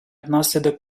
внаслідок